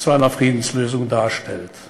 ביקורת על עידוד ההתנחלויות ובנייתן ודורשות להפסיק